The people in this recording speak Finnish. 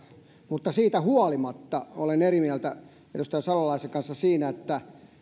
mutta siitä huolimatta olen eri mieltä edustaja salolaisen kanssa siinä että